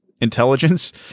intelligence